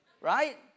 right